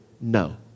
no